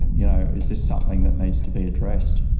you know, is this something that needs to be addressed?